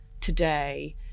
today